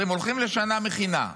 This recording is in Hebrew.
20, הולכים לשנה מכינה.